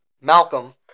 Malcolm